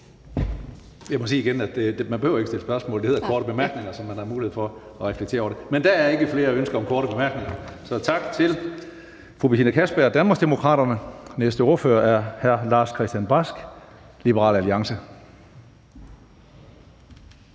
Jeg må sige igen, at man ikke behøver at stille spørgsmål. Det hedder korte bemærkninger, så man har mulighed for at reflektere over det. Men der er ikke flere ønsker om korte bemærkninger. Så tak til fru Betina Kastbjerg, Danmarksdemokraterne. Næste ordfører er hr. Lars-Christian Brask, Liberal Alliance.